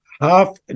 half